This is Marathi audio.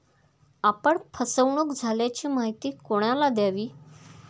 आपण फसवणुक झाल्याची माहिती कोणाला द्यावी?